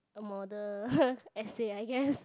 model essay I guess